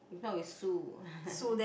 if not we sue